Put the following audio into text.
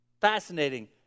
Fascinating